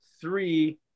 three